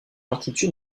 constitue